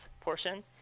portion